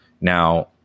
now